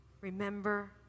Remember